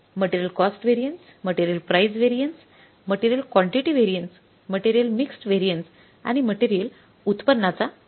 material cost variance material price variance material quantity variance material mixed variance आणि material उत्पन्नाचा फरक